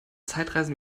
zeitreisen